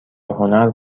هنر